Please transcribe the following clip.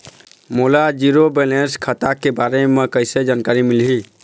मोला zero balance खाता के बारे म कैसे जानकारी मिलही?